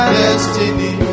destiny